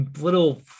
little